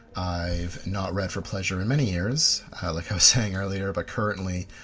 i've not read for pleasure in many years, like i was saying earlier but currently,